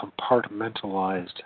compartmentalized